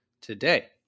today